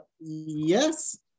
Yes